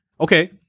okay